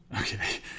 Okay